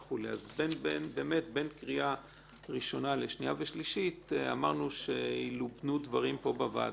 אז בין קריאה ראשונה לשנייה ושלישית אמרנו שילובנו דברים פה בוועדה,